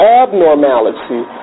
abnormality